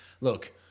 look